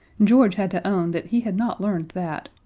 george had to own that he had not learned that.